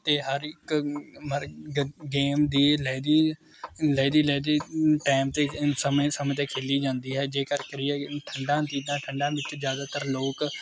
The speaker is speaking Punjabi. ਅਤੇ ਹਰ ਇੱਕ ਗੇਮ ਦੀ ਲੈਦੀ ਲੈਦੀ ਲੈਦੀ ਟਾਈਮ 'ਤੇ ਸਮੇਂ ਸਮੇਂ 'ਤੇ ਖੇਲੀ ਜਾਂਦੀ ਹੈ ਜੇਕਰ ਠੰਡਾਂ ਦੀ ਤਾਂ ਠੰਡਾਂ ਵਿੱਚ ਜ਼ਿਆਦਾਤਰ ਲੋਕ